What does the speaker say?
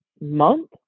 month